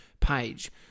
page